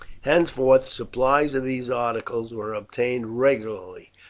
henceforth supplies of these articles were obtained regularly.